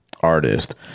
artist